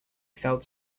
failed